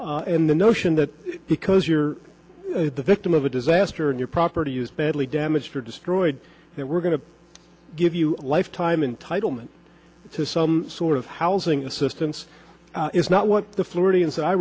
and the notion that because you're the victim of a disaster and your property is badly damaged or destroyed then we're going to give you lifetime entitlement to some sort of housing assistance is not what the floridians i